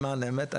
למען האמת,